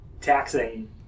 taxing